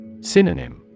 Synonym